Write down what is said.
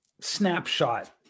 snapshot